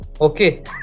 Okay